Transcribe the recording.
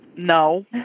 No